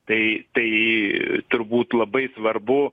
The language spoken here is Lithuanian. tai tai turbūt labai svarbu